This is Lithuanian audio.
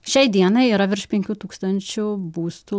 šiai dienai yra virš penkių tūkstančių būstų